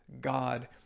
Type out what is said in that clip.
god